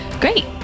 great